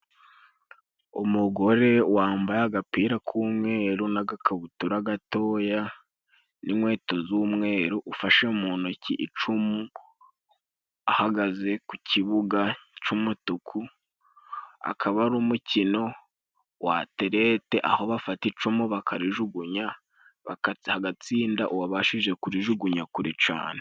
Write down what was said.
Umugore wambaye agapira k'umweru n'agakabutura gatoya n'inkweto z'umweru, ufashe mu ntoki icumu ahagaze ku kibuga c'umutuku, akaba ari umukino wa aterete, aho bafata icumu bakarijugunya hagatsinda uwabashije kurijugunya kure cane.